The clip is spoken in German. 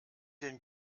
den